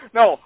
no